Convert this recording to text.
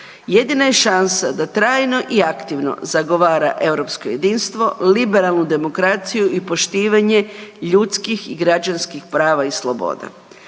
jedina je šansa da trajno i aktivno zagovara europsko jedinstvo, liberalnu demokraciju i poštivanje ljudskih i građanskih prava i sloboda.